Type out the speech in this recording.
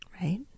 Right